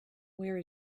where